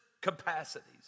capacities